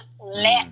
let